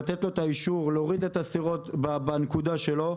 לתת לו את האישור להוריד את הסירות בנקודה שלו,